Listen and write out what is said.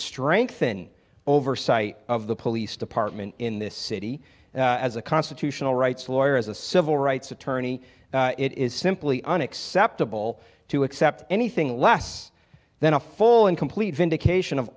strengthen oversight of the police department in this city and as a constitutional rights lawyer as a civil rights attorney it is simply unacceptable to accept anything less than a full and complete vindication of